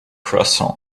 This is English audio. croissants